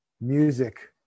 music